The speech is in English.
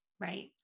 right